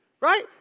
Right